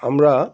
আমরা